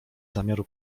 zamiaru